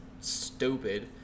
stupid